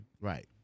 Right